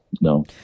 No